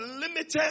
limited